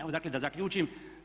Evo dakle da zaključim.